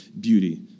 beauty